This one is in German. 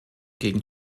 gegen